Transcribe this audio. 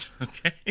Okay